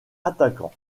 attaquant